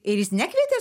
ir jis nekvietė